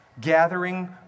gathering